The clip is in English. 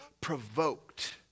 provoked